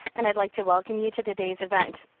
and i would like to welcome you to today's event.